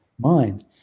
mind